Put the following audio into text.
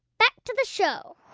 back to the show